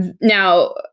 Now